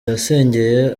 yasengeye